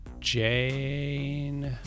Jane